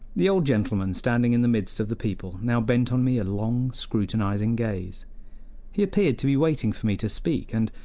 the old gentleman, standing in the midst of the people, now bent on me a long, scrutinizing gaze he appeared to be waiting for me to speak, and,